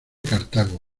cartago